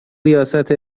ریاست